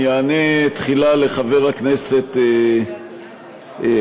אני אענה תחילה לחבר הכנסת פריג'.